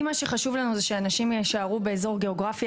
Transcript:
אם מה שחשוב לנו זה שאנשים יישארו באזור גיאוגרפי,